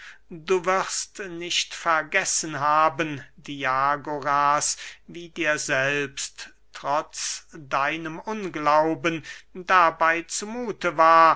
du wirst nicht vergessen haben diagoras wie dir selbst trotz deinem unglauben dabey zu muthe war